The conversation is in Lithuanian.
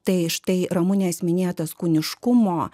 tai štai ramunės minėtas kūniškumo